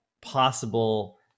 possible